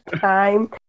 time